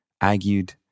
argued